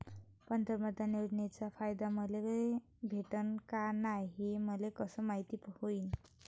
प्रधानमंत्री योजनेचा फायदा मले भेटनं का नाय, हे मले कस मायती होईन?